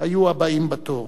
היו הבאים בתור.